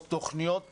או תוכניות פתיחה,